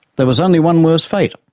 there was only one worse fate,